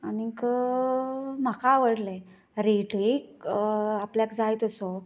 आनीक म्हाका आवडलें रेटय आपल्याक जाय तसो